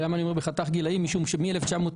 אני אומר בחתך גילאים משום שמ-1990,